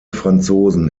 franzosen